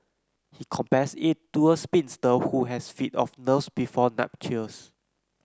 he compares it to a spinster who has fit of nerves before nuptials